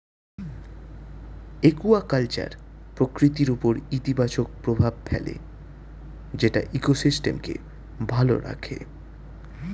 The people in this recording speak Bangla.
একুয়াকালচার প্রকৃতির উপর ইতিবাচক প্রভাব ফেলে যেটা ইকোসিস্টেমকে ভালো রাখে